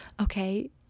okay